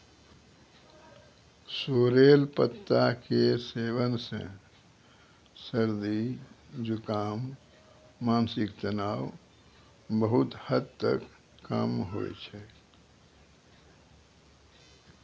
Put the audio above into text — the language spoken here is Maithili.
सोरेल पत्ता के सेवन सॅ सर्दी, जुकाम, मानसिक तनाव बहुत हद तक कम होय छै